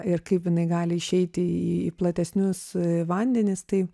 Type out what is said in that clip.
ir kaip jinai gali išeiti į į platesnius vandenis tai